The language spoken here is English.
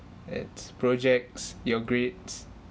it's projects your grades